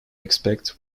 except